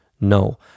No